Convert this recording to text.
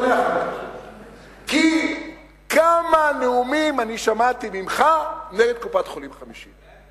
כי כמה נאומים אני שמעתי ממך נגד קופת-חולים חמישית.